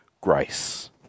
grace